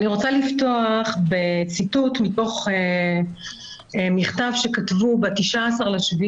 אני רוצה לפתוח בציטוט מתוך מכתב שכתבו ב-19.7